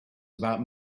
about